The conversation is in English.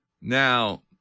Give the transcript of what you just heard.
Now